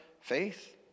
faith